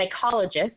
psychologist